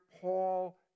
Paul